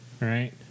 right